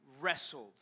Wrestled